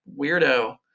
weirdo